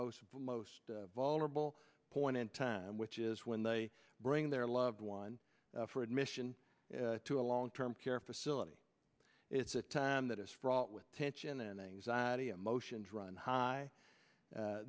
the most vulnerable point in time which is when they bring their loved ones for admission to a long term care facility it's a time that is fraught with tension and anxiety emotions run high